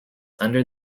under